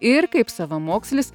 ir kaip savamokslis